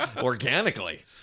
organically